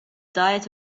diet